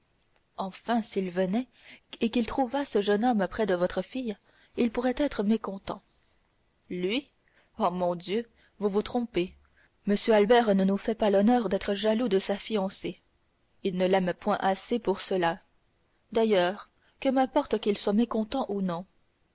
enfin s'il venait et qu'il trouvât ce jeune homme près de votre fille il pourrait être mécontent lui oh mon dieu vous vous trompez m albert ne nous fait pas l'honneur d'être jaloux de sa fiancée il ne l'aime point assez pour cela d'ailleurs que m'importe qu'il soit mécontent ou non